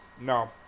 no